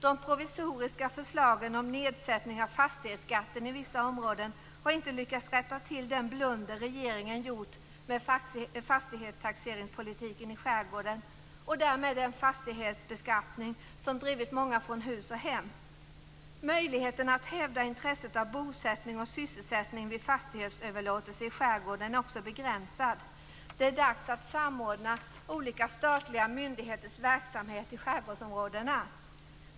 De provisoriska förslagen om nedsättning av fastighetsskatten i vissa områden har inte lyckats rätta till den blunder regeringen gjort med fastighetstaxeringspolitiken i skärgården och därmed den fastighetsbeskattning som drivit många från hus och hem. Möjligheten att hävda intresset av bosättning och sysselsättning vid fastighetsöverlåtelse i skärgården är också begränsad. Det är dags att samordna olika statliga myndigheters verksamhet i skärgårdsområdena.